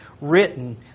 written